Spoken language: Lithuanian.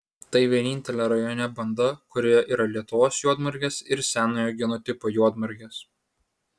tai vienintelė rajone banda kurioje yra lietuvos juodmargės ir senojo genotipo juodmargės